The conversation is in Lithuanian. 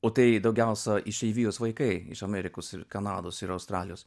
o tai daugiausia išeivijos vaikai iš amerikos ir kanados ir australijos